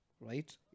right